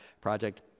project